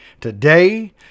today